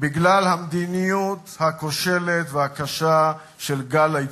בגלל המדיניות הכושלת והקשה של גל ההתייקרויות.